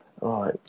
right